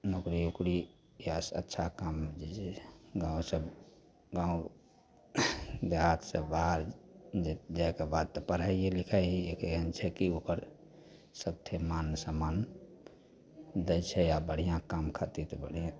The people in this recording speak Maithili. नौकरी उकरी करैसे अच्छा काम जे गामसे गाम देहातसे बाहर जाएके बाद तऽ पढ़ाइए लिखाइ ही एक एहन छै कि ओकर सबतरि मान सम्मान दै छै आओर बढ़िआँ काम करतै तऽ बढ़िएँ